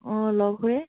অঁ লগ হৈ